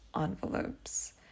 envelopes